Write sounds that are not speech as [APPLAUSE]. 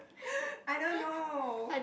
[BREATH] I don't know